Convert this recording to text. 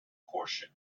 portion